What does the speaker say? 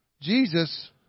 Jesus